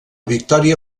victòria